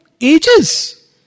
ages